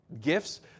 gifts